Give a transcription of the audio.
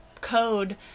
code